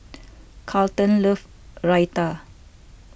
Carlton loves Raita